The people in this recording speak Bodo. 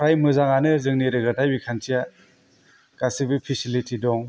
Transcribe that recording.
फ्राय मोजांआनो जोंनि रोगाथाय बिखान्थिया गासिबो फेसिलिटि दं